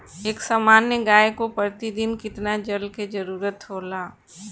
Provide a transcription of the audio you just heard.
एक सामान्य गाय को प्रतिदिन कितना जल के जरुरत होला?